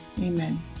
amen